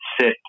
sit